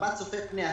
במבט צופה פני העתיד,